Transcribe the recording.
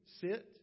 sit